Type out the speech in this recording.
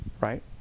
right